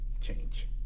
change